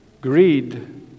Greed